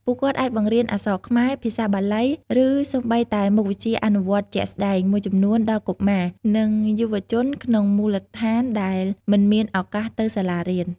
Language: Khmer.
ពួកគាត់អាចបង្រៀនអក្សរខ្មែរ ភាសាបាលី ឬសូម្បីតែមុខវិជ្ជាអនុវត្តជាក់ស្តែងមួយចំនួនដល់កុមារ និងយុវជនក្នុងមូលដ្ឋានដែលមិនមានឱកាសទៅសាលារៀន។